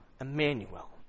Emmanuel